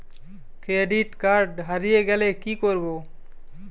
Credit card হারিয়ে গেলে কি করব?